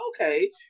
okay